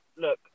look